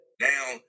Now